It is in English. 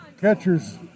catcher's